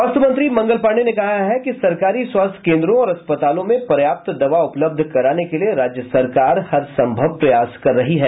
स्वास्थ्य मंत्री मंगल पांडेय ने कहा है कि सरकारी स्वास्थ्य केन्द्रों और अस्पतालों में पर्याप्त दवा उपलब्ध कराने के लिए राज्य सरकार हरसंभव प्रयास कर रही है